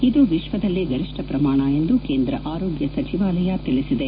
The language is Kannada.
ಇದು ವಿಶ್ವದಲ್ಲೇ ಗರಿಷ್ಠ ಪ್ರಮಾಣ ಎಂದು ಕೇಂದ್ರ ಆರೋಗ್ಯ ಸಚಿವಾಲಯ ತಿಳಿಸಿದೆ